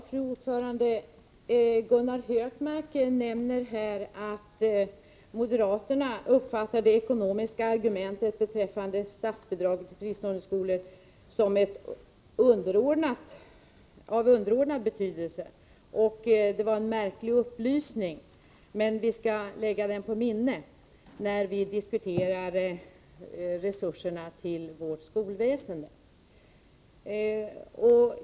Fru talman! Gunnar Hökmark nämner här att moderaterna uppfattar det ekonomiska argumentet beträffande statsbidrag till fristående skolor som av underordnad betydelse. Det är en märklig upplysning, men vi skall lägga den på minnet när vi diskuterar resurserna till vårt skolväsen.